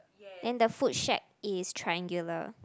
then the food shelf is triangular